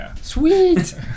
Sweet